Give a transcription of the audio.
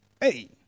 Hey